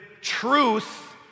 truth